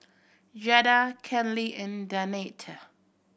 Jada Kenley and Danette